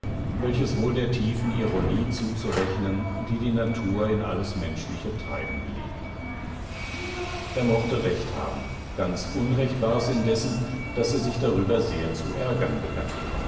welches wohl der tiefen ironie zuzurechnen die die natur in alles menschliche treiben gelegt er mochte recht haben ganz unrecht war es indessen daß er sich darüber sehr zu ärgern begann